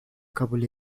kabul